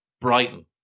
Brighton